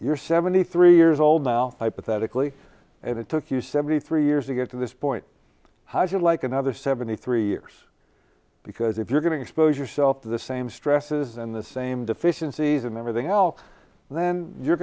you're seventy three years old now hypothetically if it took you seventy three years to get to this point i should like another seventy three years because if you're going to expose yourself to the same stresses and the same deficiencies in everything else then you're